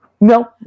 No